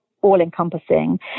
all-encompassing